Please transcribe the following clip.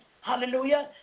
Hallelujah